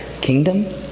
kingdom